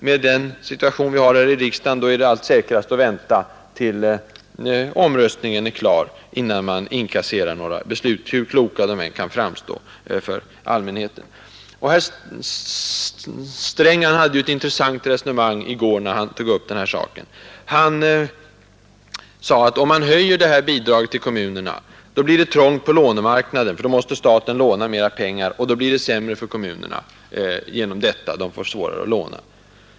Med den situation vi har här i riksdagen är det allt säkrast att vänta tills omröstningen är klar innan man inkasserar några beslut, hur kloka de än kan framstå för allmänheten. Herr Sträng hade ett intressant resonemang i går när han tog upp den här saken. Han sade att om man höjer detta bidrag till kommunerna blir det trångt på lånemarknaden, för då måste staten låna mer pengar och därigenom får kommunerna svårare att låna.